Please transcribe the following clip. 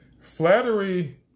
Flattery